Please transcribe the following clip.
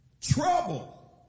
Trouble